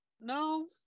No